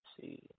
see